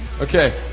Okay